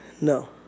No